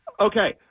okay